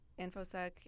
InfoSec